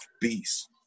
beast